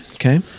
Okay